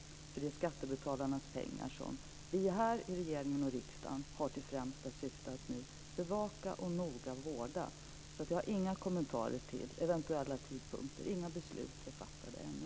Det är skattebetalarnas pengar som vi i regeringen och här i riksdagen nu har till främsta syfte att bevaka och noga vårda. Jag har ingen kommentar till eventuella tidpunkter. Inga beslut är fattade ännu.